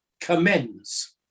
commends